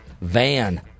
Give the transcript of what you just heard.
van